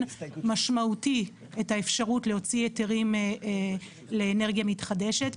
משמעותי את האפשרות להוציא היתרים לאנרגיה מתחדשת.